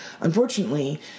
Unfortunately